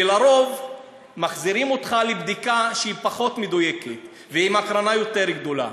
ולרוב מחזירים אותך לבדיקה שהיא פחות מדויקת ועם הקרנה יותר גדולה.